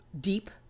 deep